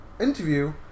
interview